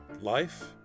life